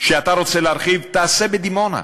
שאתה רוצה להרחיב, תעשה בדימונה,